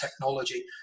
technology